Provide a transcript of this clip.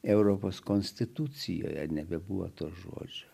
europos konstitucijoje nebebuvo to žodžio